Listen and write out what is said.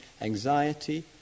anxiety